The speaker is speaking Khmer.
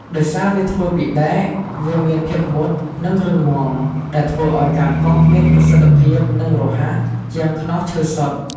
ដោយសារវាធ្វើពីដែក វាមានភាពមុត និងរឹងមាំ ដែលធ្វើឲ្យការកោសមានប្រសិទ្ធភាព និងរហ័ស ជាងខ្នោសឈើសុទ្ធ។